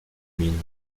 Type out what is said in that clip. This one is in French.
mines